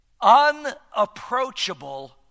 unapproachable